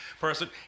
person